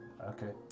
Okay